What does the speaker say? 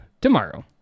tomorrow